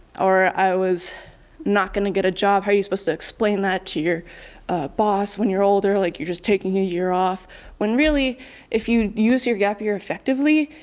or i was not going to get a job. how are you supposed to explain that to your boss when you're older, like you're just taking a year off when really if you use your gap year effectively,